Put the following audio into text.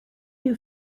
you